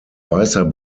weißer